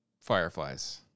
fireflies